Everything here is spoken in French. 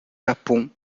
japon